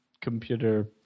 computer